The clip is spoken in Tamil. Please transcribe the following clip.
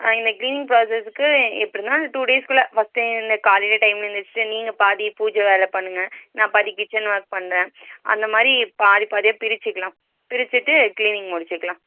ஆ இந்த க்ளீனிங் ப்ராசஸ்க்கு எப்படின்னா டூ டேஸ்க்குள்ளே ஃபர்ஸ்ட்டு இந்த காலையில் டைம்மில் எழுந்துருச்சி நீங்கள் பாதி பூஜை வேலை பண்ணுங்கள் நான் பாதி கிச்சன் ஒர்க் பண்ணுறேன் அந்த மாதிரி பாதி பாதியாக பிரிச்சுக்கலாம் பிரிச்சிகிட்டு க்ளீனிங் முடிச்சுக்கலாம்